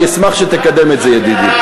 אני אשמח אם תקדם את זה, ידידי.